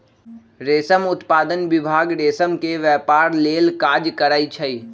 रेशम उत्पादन विभाग रेशम के व्यपार लेल काज करै छइ